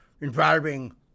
involving